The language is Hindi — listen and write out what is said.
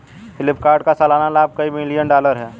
फ्लिपकार्ट का सालाना लाभ कई बिलियन डॉलर है